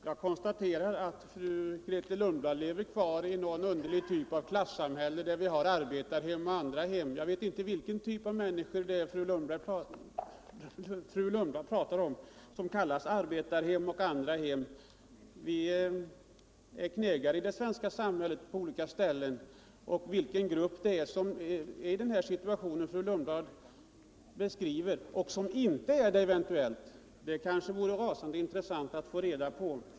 Herr talman! Jag konstaterar att Grethe Lundblad Icver kvar i någon underlig typ av klassamhälle, där vi har arbetarhem och andra hem. Jag vet inte vilken typ av människor fru Lundblad pratar om. Vi är alla knegare på olika ställen i det svenska samhället. Det vore intressant att få reda på vilken grupp som är i den situation Grethe Lundblad beskriver, och lika intressant att få veta vilken grupp som eventuellt inte är det.